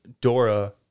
Dora